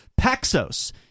Paxos